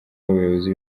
w’abayobozi